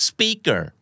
Speaker